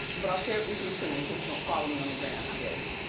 but i'll share it with you too in case you don't follow me on the gram. how dare you?